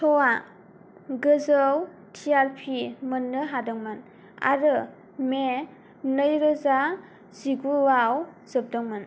शआ गोजौ टीआरपी मोननो हादोंमोन आरो मे नैरोजा जिगुआव जोबदोंमोन